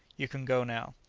you can go now.